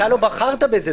אתה לא בחרת בזה.